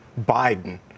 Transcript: Biden